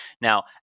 Now